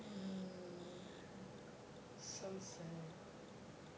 mm so sad